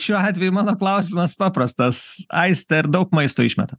šiuo atveju mano klausimas paprastas aiste ar daug maisto išmeta